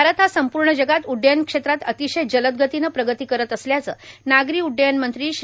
भारत हा संपूर्ण जगात उडडयन क्षेत्रात अतिशय जलद गतीनं प्रगती करत असल्याचं नागरी उड्डयन मंत्री श्री